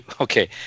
Okay